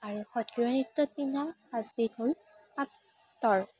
আৰু সত্ৰীয়া নৃত্যত পিন্ধা সাজবিধ হ'ল পাটৰ